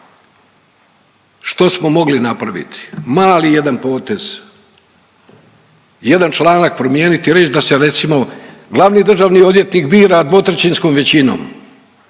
Što smo mogli napraviti? Mali jedan potez, jedan članak promijeniti i reć da se recimo glavni državni odvjetnik bira 2/3 većinom, već